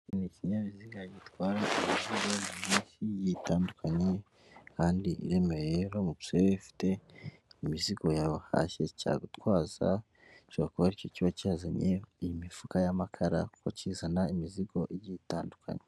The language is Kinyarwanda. Iki ni ikinyabiziga gitwara imizigo myinshi igiye itandukanye, kandi iremereye, uramutse ufite imizigo yawe wahashye cyagutwaza, gishobora kuba aricyo kizana iyi mifuka y'amakara kuko kizana imizigo igiye itandukanye.